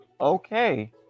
okay